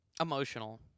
emotional